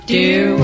Dear